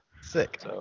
Sick